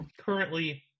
Currently